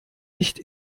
nicht